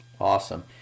Awesome